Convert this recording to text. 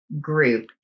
group